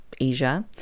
Asia